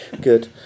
good